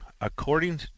According